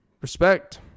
respect